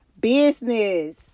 Business